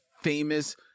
famous